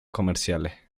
comerciales